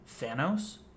Thanos